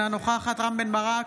אינה נוכחת רם בן ברק,